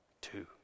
Two